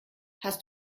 hast